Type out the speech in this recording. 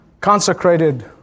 consecrated